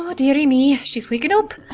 ah deary me, she's wakin' up!